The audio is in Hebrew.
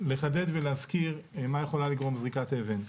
לחדד ולהזכיר מה יכולה לגרום זריקת אבן.